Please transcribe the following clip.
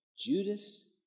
Judas